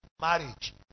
marriage